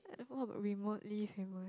remotely famous